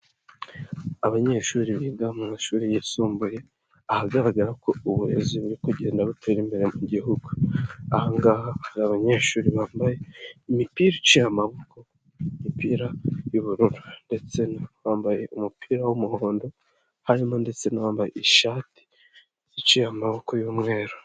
Abanyeshuri biga mu mashuri yisumbuye ahagaragara ko uburezi buri kugenda butera imbere mu gihugu, aha ngaha hari abanyeshuri bambaye imipira iciye amaboko, imipira y'ubururu, ndetse bambaye umupira w'umuhondo harimo ndetse n'uwabambaye ishati iciye amaboko y'umweru.